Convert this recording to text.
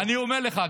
אני אומר לך,